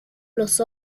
los